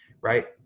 right